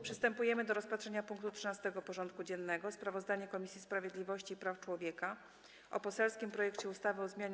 Przystępujemy do rozpatrzenia punktu 13. porządku dziennego: Sprawozdanie Komisji Sprawiedliwości i Praw Człowieka o poselskim projekcie ustawy o zmianie